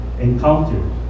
encountered